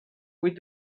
with